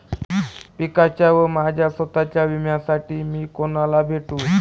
पिकाच्या व माझ्या स्वत:च्या विम्यासाठी मी कुणाला भेटू?